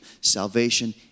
salvation